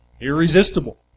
irresistible